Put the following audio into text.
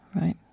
right